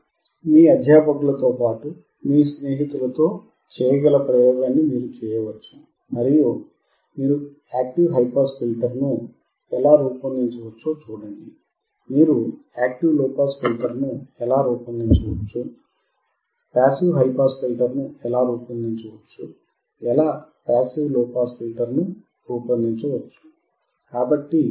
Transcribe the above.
మీ అధ్యాపకులతో పాటు మీ స్నేహితులతో చేయగల ప్రయోగాన్ని మీరు చేయవచ్చు మరియు మీరు యాక్టివ్ హై పాస్ ఫిల్టర్ను ఎలా రూపొందించవచ్చో చూడండి మీరు యాక్టివ్ లోపాస్ ఫిల్టర్ను ఎలా రూపొందించవచ్చు పాసివ్ హైపాస్ ఫిల్టర్ను ఎలా రూపొందించవచ్చు ఎలా పాసివ్ లోపాస్ ఫిల్టర్ ను రూపొందించవచ్చు